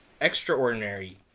extraordinary